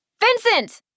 Vincent